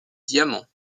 diamants